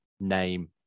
name